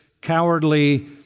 cowardly